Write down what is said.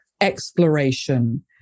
exploration